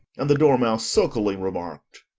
and the dormouse sulkily remarked,